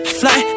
fly